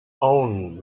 own